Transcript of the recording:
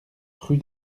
rue